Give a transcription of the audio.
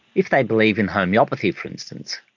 if they believe in homeopathy, for instance,